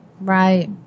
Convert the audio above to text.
Right